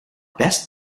best